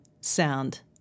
sound